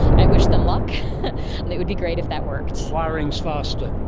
i wish them luck and it would be great if that worked. wiring is faster.